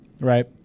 right